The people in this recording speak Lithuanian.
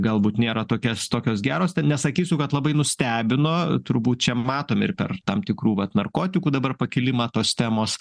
galbūt nėra tokias tokios geros ten nesakysiu kad labai nustebino turbūt čia matom ir per tam tikrų vat narkotikų dabar pakilimą tos temos